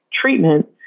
treatment